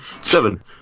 Seven